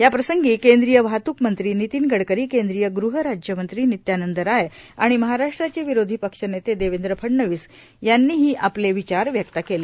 याप्रंसगी केद्रीय वाहतूक मंत्री नितीन गडकरी केंद्रीय गृहराज्य मंत्री नित्यानंद राय आणि महाराष्ट्राचे विरोधी पक्षनेते देवेंद्र फडणवीस यांनी ही याप्रसंगी आपले विचार व्यक्त केले